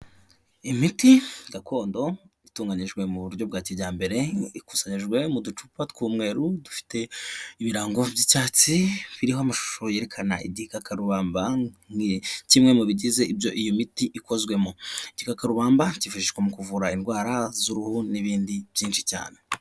Imiti gakondo itunganijwe mu buryo bwa kijyambere, ikusanyijwe mu ducupa tw'umweru, dufite ibirango by'icyatsi, biriho amashusho yerekana igikakarubamba, nki kimwe mu bigize ibyo iyi miti ikozwemo. Igikakarubamba cyifashishwa mu kuvura indwara z'uruhu n'ibindi byinshi cyane.